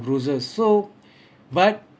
bruises so but